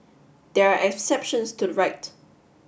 there are exceptions to the right